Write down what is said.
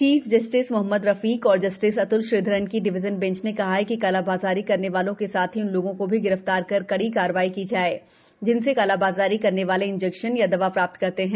chief justice Mohammad Rafiq और justice Atul Shridharan की division bench ने कहा कि कालाबाजारी करने वालों के साथ ही उन लोगों को भी गिरफ्तार कर कड़ी कार्रवाई की जाए जिनसे कालाबाजारी करने वाले इंजेक्शन या दवा प्राप्त करते हैं